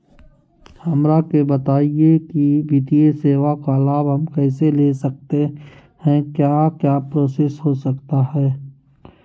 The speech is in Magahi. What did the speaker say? हमरा के बताइए की वित्तीय सेवा का लाभ हम कैसे ले सकते हैं क्या क्या प्रोसेस हो सकता है?